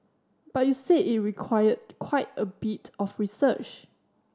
but you said it require quite a bit of research